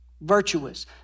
Virtuous